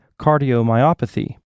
cardiomyopathy